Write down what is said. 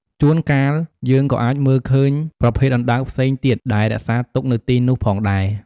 ជួនកាល យើងក៏អាចមើលឃើញប្រភេទអណ្ដើកផ្សេងទៀតដែលរក្សាទុកនៅទីនោះផងដែរ ។